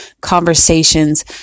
conversations